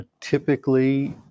typically